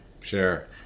Sure